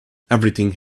everything